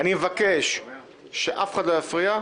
אני מבקש שאף אחד לא יפריע.